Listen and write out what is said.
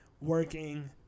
working